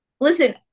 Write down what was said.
Listen